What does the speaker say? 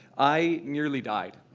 i nearly died.